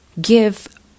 give